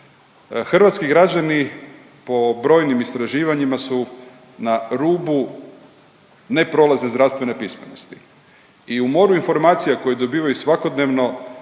Hrvatski građani po brojnim istraživanjima su na rubu ne prolaza zdravstvene pismenosti i u moru informacija koju dobivaju svakodnevno